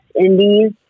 Indies